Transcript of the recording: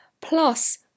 Plus